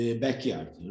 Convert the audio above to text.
backyard